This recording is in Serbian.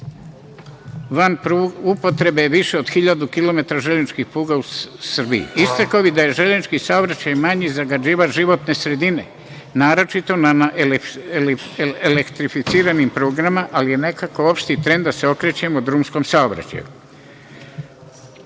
Van upotrebe je više od hiljadu kilometara železničkih pruga u Srbiji. Istakao bih da je železnički saobraćaj manji zagađivač životne sredine, naročito na elektrificiranim prugama, ali je nekako opšti trend da se okrećemo drumskom saobraćaju.